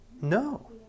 No